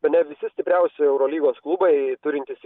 bene visi stipriausi eurolygos klubai turintys